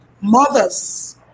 mothers